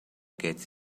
gets